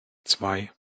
zwei